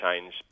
change